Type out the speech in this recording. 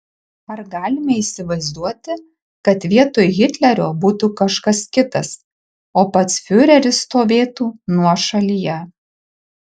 ar galime įsivaizduoti kad vietoj hitlerio būtų kažkas kitas o pats fiureris stovėtų nuošalyje